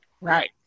right